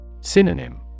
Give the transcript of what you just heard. Synonym